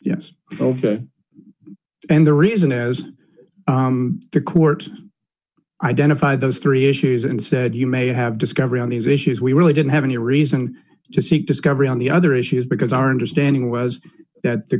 yes ok and the reason is the court identify those three issues and said you may have discovery on these issues we really didn't have any reason to seek discovery on the other issues because our understanding was that the